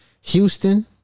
Houston